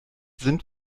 sind